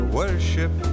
worship